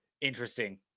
Interesting